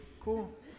Cool